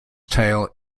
tale